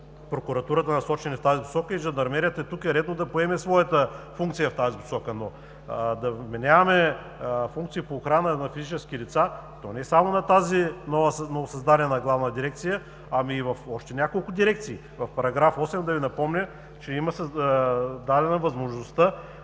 прокуратурата, насочени в тази посока, и жандармерията тук е редно да поеме своята функция, но да вменяваме функции по охрана на физически лица, и то не само на тази новосъздадена главна дирекция, ами и в още няколко дирекции – в § 8, да Ви напомня, че е дадена възможността